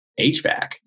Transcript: HVAC